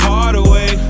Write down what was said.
Hardaway